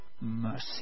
mercy